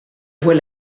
voie